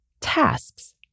tasks